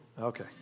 Okay